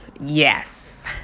yes